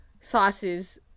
sauces